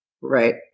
Right